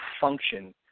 function